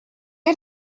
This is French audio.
est